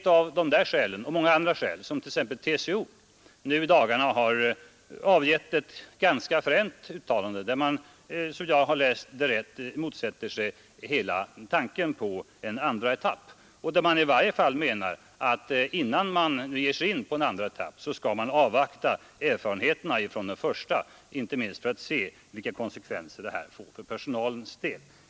TCO har i dagarna gjort ett ganska fränt uttalande, där man motsätter sig hela tanken på en andra etapp och menar att vi i varje fall först bör avvakta erfarenheterna från den första etappen.